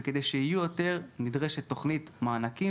וכדי שיהיו יותר נדרשת תוכנית מענקים